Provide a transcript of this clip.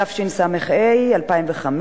התשס"ה 2005,